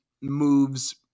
moves